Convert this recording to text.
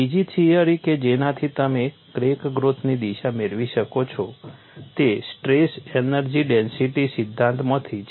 બીજી થિયરી કે જેનાથી તમે ક્રેક ગ્રોથની દિશા મેળવી શકો છો તે સ્ટ્રેસ એનર્જી ડેન્સિટી સિદ્ધાંતમાંથી છે